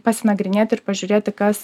pasinagrinėti ir pažiūrėti kas